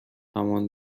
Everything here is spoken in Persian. همان